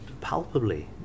palpably